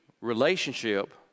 relationship